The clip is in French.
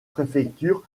préfectures